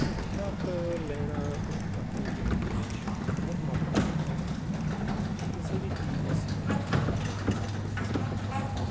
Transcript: ਸਿੱਖਿਅਤ ਲੈਣਾ ਇੱਕ ਆਪਣੀ ਜ਼ਿੰਦਗੀ ਵਿੱਚ ਬਹੁਤ ਮਦਦ ਕਰ ਰਿਹਾ ਆਪਣੀ ਕਿਸੇ ਵੀ ਚੀਜ਼ ਦੀ ਸਿੱਖਿਆ ਲੈਣਾ ਜਾਂ ਕੋਈ ਕੰਮ ਸਿੱਖਣਾ